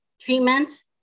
treatment